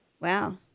Wow